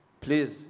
please